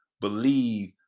believe